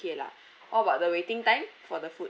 okay lah how about the waiting time for the food